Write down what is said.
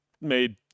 made